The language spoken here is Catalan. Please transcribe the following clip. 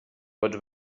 pots